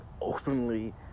openly